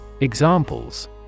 Examples